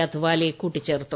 അത്വാലെ കൂട്ടിച്ചേർത്തു